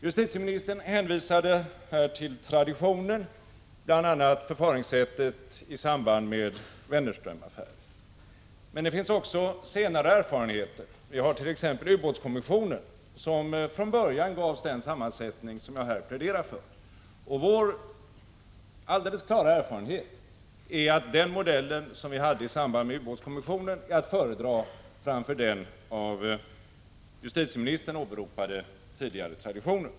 Justitieministern hänvisade till traditionen, bl.a. förfaringssättet i samband med Wennerströmaffären. Men det finns också senare erfarenheter, t.ex. från ubåtskommissionen, som från början gavs den sammansättning som jag här pläderar för. Vår alldeles klara erfarenhet är att den modell som användes i samband med ubåtskommissionen är att föredra framför den av justitieministern åberopade tidigare traditionen.